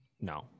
No